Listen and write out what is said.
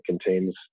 contains